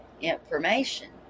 information